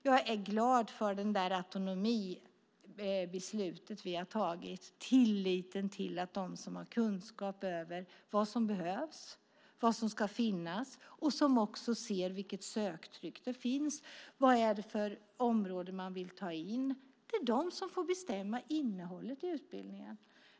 Jag är glad för de autonomibeslut vi har fattat och för tilliten till dem som har kunskap om vad som behövs och vad som ska finnas och som ser vilket söktryck som finns. Vad är det för område man vill ta in? Det är de som får bestämma innehållet i utbildningen.